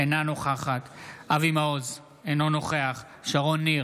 אינה נוכחת אבי מעוז, אינו נוכח שרון ניר,